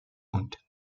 und